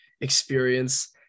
experience